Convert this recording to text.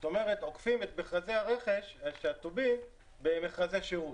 זאת אומרת, עוקפים את מכרזי הטובין במכרזי שרות.